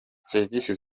serivisi